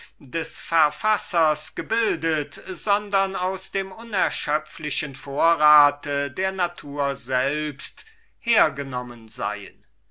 des verfassers gebildet sondern aus dem unerschöpflichen vorrat der natur selbst hergenommen in